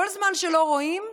כל זמן שלא רואים,